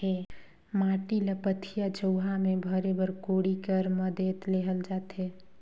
माटी ल पथिया, झउहा मे भरे बर कोड़ी कर मदेत लेहल जाथे